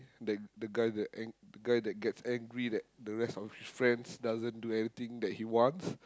the the guy that ang~ the guy that gets angry that the rest of his friends doesn't do anything that he wants